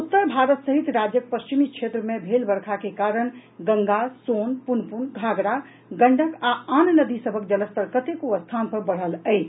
उत्तर भारत सहित राज्यक पश्चिमी क्षेत्र मे भेल वर्षा के कारण गंगा सोन पुनपुन घाघरा गंडक आ आन नदी सभक जलस्तर कतेको स्थान पर बढ़ल अछि